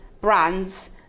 brands